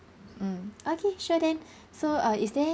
mm okay sure then so err is there